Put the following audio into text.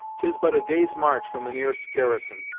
tis but a day's march from the nearest garrison,